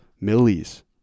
Millie's